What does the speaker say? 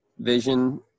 vision